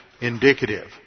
indicative